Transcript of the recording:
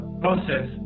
process